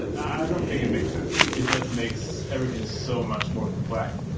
i don't think it makes sense. it just makes everything so much more complex.